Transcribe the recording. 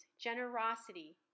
generosity